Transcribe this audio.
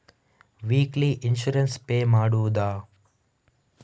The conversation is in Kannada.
ವೀಕ್ಲಿ ಇನ್ಸೂರೆನ್ಸ್ ಪೇ ಮಾಡುವುದ?